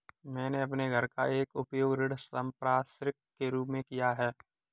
मैंने अपने घर का उपयोग ऋण संपार्श्विक के रूप में किया है